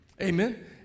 Amen